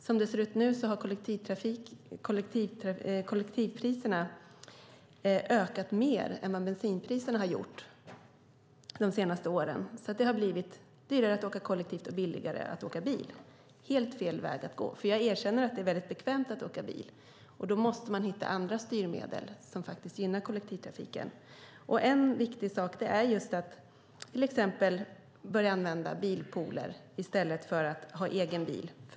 Som det ser ut nu har kollektivtrafikpriserna ökat mer än vad bensinpriserna har gjort de senaste åren, så det har blivit dyrare att åka kollektivt och billigare att åka bil. Det är helt fel väg att gå. Jag erkänner att det är väldigt bekvämt att åka bil, och man måste hitta andra styrmedel som gynnar kollektivtrafiken. En viktig sak är bilpooler som man kan använda sig av i stället för att ha egen bil.